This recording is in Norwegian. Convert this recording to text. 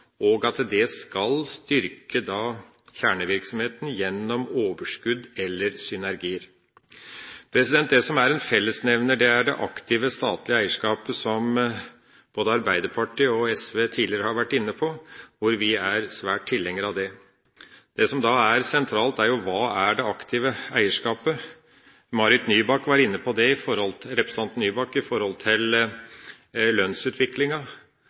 gjennom overskudd eller synergier. Det som er en fellesnevner, er det aktive statlige eierskapet, som både Arbeiderpartiet og SV tidligere har vært inne på. Vi er sterke tilhengere av det. Det som da er sentralt, er jo: Hva er det aktive eierskapet? Representanten Marit Nybakk var inne på det knyttet til